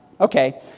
Okay